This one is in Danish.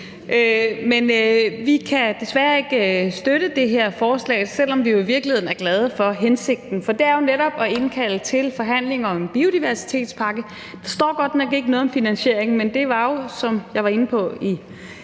Men vi kan desværre ikke støtte det her forslag, selv om vi jo i virkeligheden er glade for hensigten. For det er jo netop at indkalde til forhandlinger om en biodiversitetspakke. Der står godt nok ikke noget om finansieringen. Men som jeg var inde på i